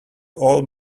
all